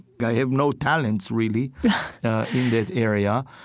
i have no talents, really, in that area.